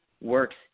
works